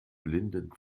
blinden